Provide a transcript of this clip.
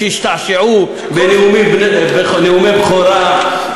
שהשתעשעו בנאומי בכורה,